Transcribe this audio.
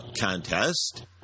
Contest